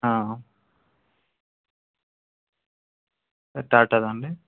టాటాదా అండి